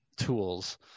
tools